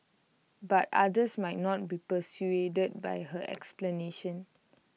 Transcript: but others might not be so persuaded by her explanation